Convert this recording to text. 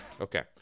Okay